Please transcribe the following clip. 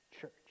church